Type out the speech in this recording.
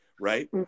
right